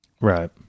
Right